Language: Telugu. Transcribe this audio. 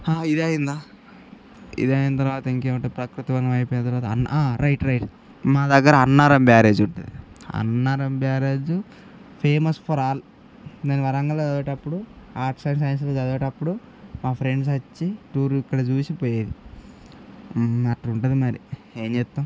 ఇది అయిందా ఇది అయిన తర్వాత ఇంకేం ఉంటుంది ప్రకృతి వనం అయిపోయిన తర్వాత అన్నా రైట్ రైట్ మన దగ్గర అన్నవరం బ్యారేజ్ ఉంటుంది Annavaram barrage famous for all నేను వరంగల్లో చదివేటప్పుడు ఆర్ట్స్ అండ్ సైన్స్ చదివేటప్పుడు మా ఫ్రెండ్స్ వచ్చి టూర్ ఇక్కడ చూసి పోయేది అలా ఉంటుంది మరి ఏం చేస్తాం